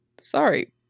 Sorry